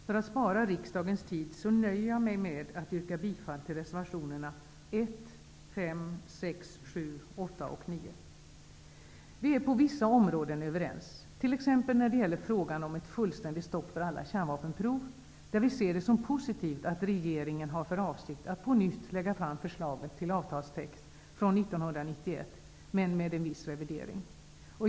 För att spara riksdagens tid nöjer jag mig med att yrka bifall till reservationerna l, 5, 6, 7, 8 och 9. Vi är på vissa områden överens, t.ex. när det gäller frågan om ett fullständigt stopp för alla kärnvapenprov. Vi ser det som positivt att regeringen har för avsikt att på nytt lägga fram förslaget till avtalstext från l99l, med en viss revidering.